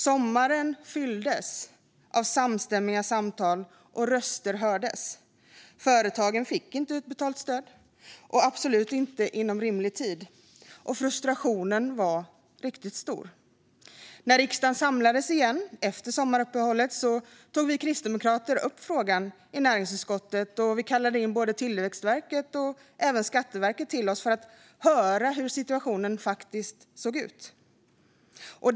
Sommaren fylldes av samstämmiga röster: Företagen fick inte stöd utbetalda, och absolut inte inom rimlig tid. Frustrationen var stor. När riksdagen samlades igen efter sommaruppehållet tog vi kristdemokrater upp frågan i näringsutskottet, som kallade till sig både Tillväxtverket och Skatteverket för att höra hur situationen faktiskt var.